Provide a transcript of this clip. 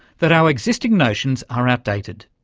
that our existing notions are outdated.